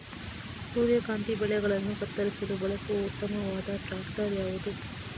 ಸೂರ್ಯಕಾಂತಿ ಬೆಳೆಗಳನ್ನು ಕತ್ತರಿಸಲು ಬಳಸುವ ಉತ್ತಮವಾದ ಟ್ರಾಕ್ಟರ್ ಯಾವುದು?